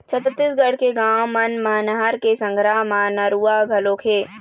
छत्तीसगढ़ के गाँव मन म नहर के संघरा म नरूवा घलोक हे